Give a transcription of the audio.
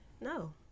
No